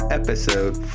episode